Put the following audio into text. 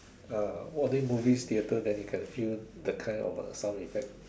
uh only movies theatres then you can feel the kind of a sound effect